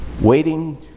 waiting